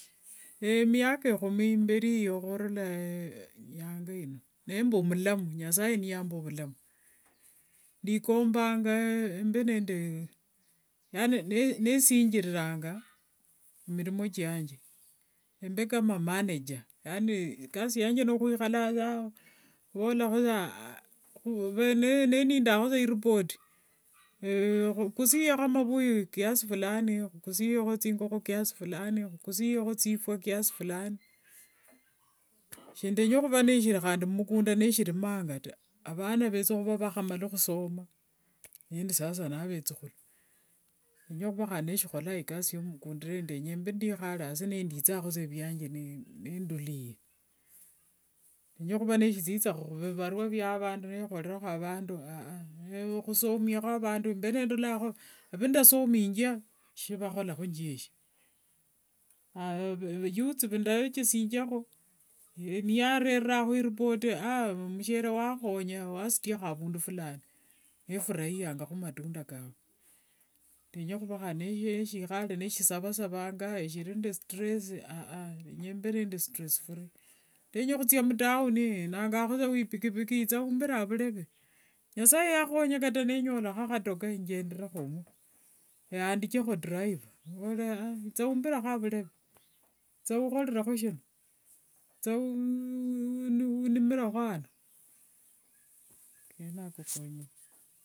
Emiaka ehumi imberiyo ohurula nyangino, nimba omulamu nyasaye naamba ovulamu, ndekombanga mbe nende yaaani nesinjiriranga emirimo chiange, embe kama manager, yaani ikasi yange emiaka ehumi imberiyo ohurula nyangino, nimba omulamu nyasaye naamba ovulamu, ndekombanga mbe nende yaaani nesinjiriranga emirimo chiange, embe kama manager, yaani ikasi yange nihwihalanga sa ninindangaho sa iripoti, hukusieho mavuyu kiasi fulani, hukusieho estingoho kiasi fulani, hukusieho tsifwa kiasi fulani, shindenya huva neshiri handi nendi mushikunda neshirimanga ta, avana valava vahamala husoma nindi sasa na vetsuhulu, shinyohuva handi neshiholanga ikasi yo mukunda eyo ta, ndenya mbe ndihale asi ninditsangaho sa evyange nitulie, shinyohuva netsinzannga mfibarua vya avandu, nehoreraho avandu, husomiyaho avandu, mbere ndolangaho avandasomiangia shivakhola ovujeshi, aaya youth vandekesiangaho, vandererangaho iripoti omushere wahonya wasutia avundu fulani, nifurayiangajo matunda kavu, shindenya huva handi nishihale, nisavasavanga eshiri nde stress nenya mbe stress- free, ndenya hutsia mtown nangangaho sa we ipikiipiki itsa onzire vureve, nyasaye ahonye kata nyoleho hatoka engenderehomo, yaandicheho driver, muvorera itse ombire avureve, itsa ohorereho shino, itsa onimireho ano, naako kong'one sa iripoti, hukusieho mavuyu kiasi fulani, hukusieho estingoho kiasi fulani, hukusieho tsifwa kiasi fulani, shindenya huva neshiri handi nendi mushikunda neshirimanga ta, avana valava vahamala husoma nindi sasa na vetsuhulu, shinyohuva handi neshiholanga ikasi yo mukunda eyo ta, ndenya mbe ndihale asi ninditsangaho sa evyange nitulie, shinyohuva netsinzannga mfibarua vya avandu, nehoreraho avandu, husomiyaho avandu, mbere ndolangaho avandasomiangia shivakhola ovujeshi, aaya youth vandekesiangaho, vandererangaho iripoti omushere wahonya wasutia avundu fulani, nifurayiangajo matunda kavu, shindenya huva handi nishihale, nisavasavanga eshiri nde stress nenya mbe stress- free, ndenya hutsia mtown nangangaho sa we ipikiipiki itsa onzire vureve, nyasaye ahonye kata nyoleho hatoka engenderehomo, yaandicheho driver, muvorera itse ombire avureve, itsa ohorereho shino, itsa onimireho ano, naako kong'one.